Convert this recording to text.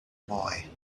boy